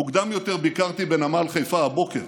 מוקדם יותר ביקרתי בנמל חיפה, הבוקר,